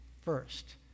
first